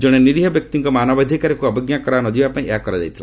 ଜଣେ ନିରୀହ ବ୍ୟକ୍ତିଙ୍କ ମାନବାଧିକାରକୁ ଅବଜ୍ଞା କରା ନ ଯିବାପାଇଁ ଏହା କରାଯାଇଥିଲା